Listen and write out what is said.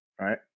Right